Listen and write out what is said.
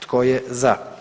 Tko je za?